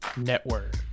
Network